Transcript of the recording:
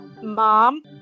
Mom